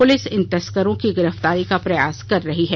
police इन तस्करों की गिरफ्तारी का प्रयास कर रही है